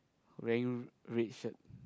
wearing red shirt